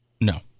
No